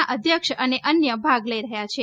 ના અધ્યક્ષ અને અન્ય ભાગ લઇ રહ્યા છે